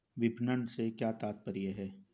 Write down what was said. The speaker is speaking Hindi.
विपणन से क्या तात्पर्य है?